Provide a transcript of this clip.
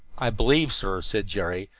i believe, sir, said jerry,